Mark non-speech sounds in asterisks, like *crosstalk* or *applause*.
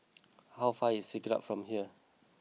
*noise* how far away is Siglap from here